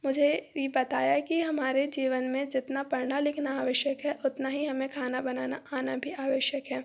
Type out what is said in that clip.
मुझे भी बताया कि हमारे जीवन में जितना पढ़ना लिखना आवश्यक है उतना ही हमें खाना बनाना आना भी आवश्यक है